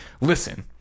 listen